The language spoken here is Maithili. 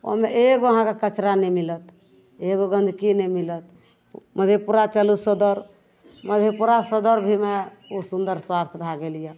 ओहिमे एगो अहाँके कचरा नहि मिलत एगो गन्दगी नहि मिलत मधेपुरा चलू सदर मधेपुरा सदर भी मे ओ सुन्दर स्वच्छ भै गेल यऽ